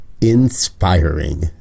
inspiring